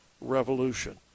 revolution